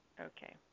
Okay